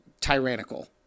tyrannical